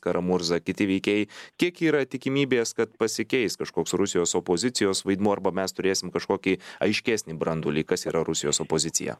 karamurza kiti veikėjai kiek yra tikimybės kad pasikeis kažkoks rusijos opozicijos vaidmuo arba mes turėsim kažkokį aiškesnį branduolį kas yra rusijos opozicija